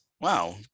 Wow